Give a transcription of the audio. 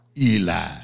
Eli